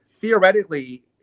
theoretically